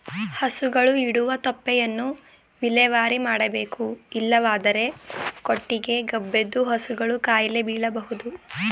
ಹಸುಗಳು ಇಡುವ ತೊಪ್ಪೆಯನ್ನು ವಿಲೇವಾರಿ ಮಾಡಬೇಕು ಇಲ್ಲವಾದರೆ ಕೊಟ್ಟಿಗೆ ಗಬ್ಬೆದ್ದು ಹಸುಗಳು ಕಾಯಿಲೆ ಬೀಳಬೋದು